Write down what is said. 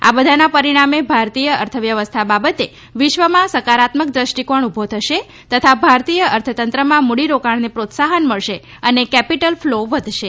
આ બધાના પરિણામે ભારતીય અર્થવ્યવસ્થા બાબતે વિશ્વમાં સકારાત્મક દૃષ્ટિકોણ ઊભો થશે તથા ભારતીય અર્થતંત્રમાં મૂડીરોકાણને પ્રોત્સાહન મળશે અને કેપિટલ ફ્લો વધશે